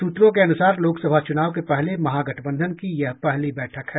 सूत्रों के अनुसर लोकसभा चुनाव के पहले महागठबंधन की यह पहली बैठक है